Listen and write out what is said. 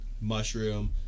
mushroom